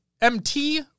MT